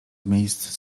miejsc